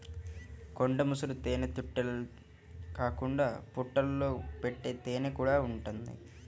కొండ ముసురు తేనెతుట్టెలే కాకుండా పుట్టల్లో పెట్టే తేనెకూడా ఉంటది